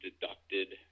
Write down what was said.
deducted